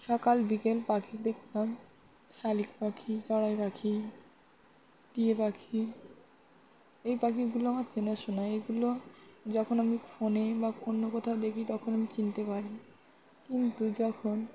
সকাল বিকেল পাখি দেখতাম শালিক পাখি চড়াই পাখি টিয়া পাখি এই পাখিগুলো আমার চেনাশোনা এগুলো যখন আমি ফোনে বা অন্য কোথাও দেখি তখন আমি চিনতে পারি কিন্তু যখন